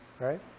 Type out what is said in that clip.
Right